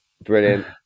Brilliant